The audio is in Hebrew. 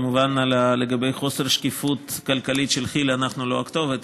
כמובן לגבי חוסר השקיפות הכלכלית של כי"ל אנחנו לא הכתובת,